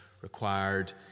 required